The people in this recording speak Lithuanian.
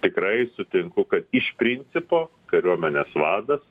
tikrai sutinku kad iš principo kariuomenės vadas